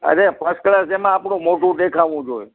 અરે first class એમાં આપણું મોઢું દેખાવું જોઈએ